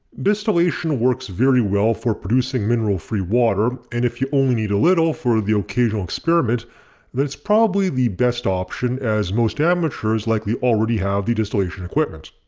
distillation works very well for producing mineral free water and if you only need a little for the occasional experiment then it's probably the best option as most amateurs likely already have the distillation equipment.